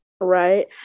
right